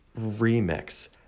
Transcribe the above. remix